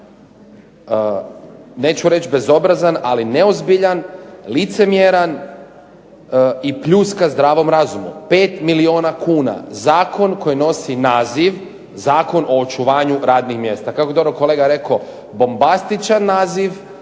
neću reći bezobrazan ali neozbiljan, licemjeran i pljuska zdravom razumu. 5 milijuna kuna. Zakon koji nosi naziv Zakon o očuvanju radnih mjesta. Kako je dobro kolega rekao bombastičan naziv,